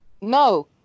No